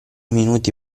minuti